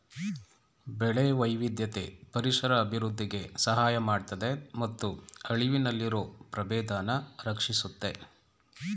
ಬೆಳೆ ವೈವಿಧ್ಯತೆ ಪರಿಸರ ಅಭಿವೃದ್ಧಿಗೆ ಸಹಾಯ ಮಾಡ್ತದೆ ಮತ್ತು ಅಳಿವಿನಲ್ಲಿರೊ ಪ್ರಭೇದನ ರಕ್ಷಿಸುತ್ತೆ